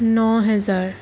ন হেজাৰ